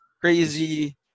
crazy